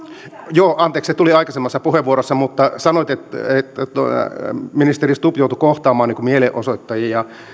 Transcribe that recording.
joo anteeksi se tuli aikaisemmassa puheenvuorossa sanoitte että ministeri stubb joutui kohtaamaan mielenosoittajia